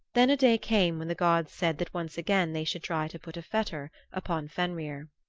then a day came when the gods said that once again they should try to put a fetter upon fenrir.